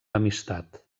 amistat